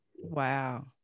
Wow